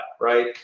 right